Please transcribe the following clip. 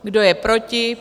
Kdo je proti?